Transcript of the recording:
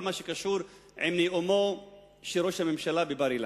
מה שקשור בנאומו של ראש הממשלה בבר-אילן.